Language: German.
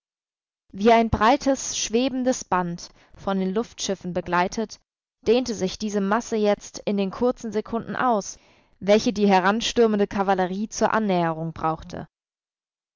wie ein breites schwebendes band von den luftschiffen begleitet dehnte sich diese masse jetzt in den kurzen sekunden aus welche die heranstürmende kavallerie zur annäherung brauchte